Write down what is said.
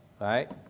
right